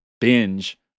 binge